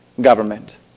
government